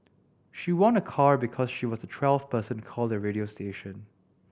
she won a car because she was the twelfth person to call the radio station